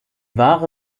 wahre